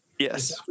Yes